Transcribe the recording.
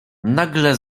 nagle